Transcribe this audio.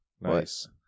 Nice